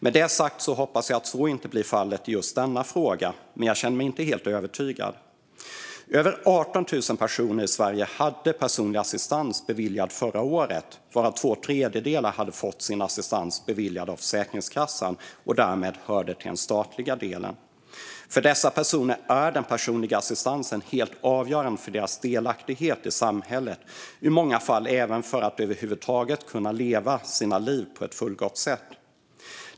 Med detta sagt hoppas jag att så inte blir fallet i just denna fråga, men jag känner mig inte helt övertygad. Över 18 000 personer i Sverige hade personlig assistans beviljad förra året, varav två tredjedelar hade fått sin assistans beviljad av Försäkringskassan och därmed hörde till den statliga delen av assistansen. För dessa personer är den personliga assistansen helt avgörande för deras delaktighet i samhället och i många fall även för att de över huvud taget ska kunna leva sina liv på ett fullgott sätt.